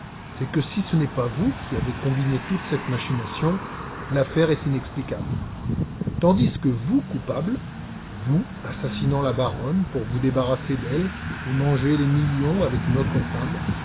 c'est que si ce n'est pas vous qui avez combiné toute cette machination l'affaire est inexplicable tandis que vous coupable vous assassinant la baronne pour vous débarrasser d'elle et manger les millions avec une autre femme